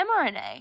mRNA